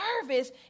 service